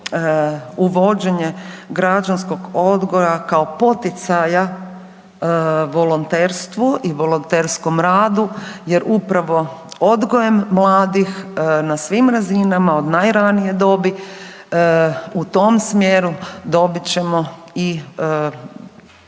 uvođenje građanskog odgoja kao poticaja volonterstvu i volonterskom radu jer upravo odgojem mladih na svim razinama, od najranije dobi, u tom smjeru dobit ćemo i solidarniju